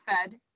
fed